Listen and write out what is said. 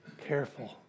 careful